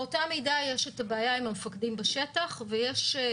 באותה מידה יש את הבעיה עם המפקדים בשטח והדברים